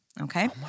Okay